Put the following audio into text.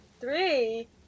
three